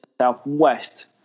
southwest